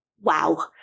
wow